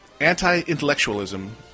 anti-intellectualism